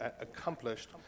accomplished